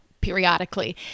periodically